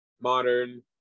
modern